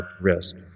risk